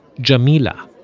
jamila.